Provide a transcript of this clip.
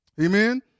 Amen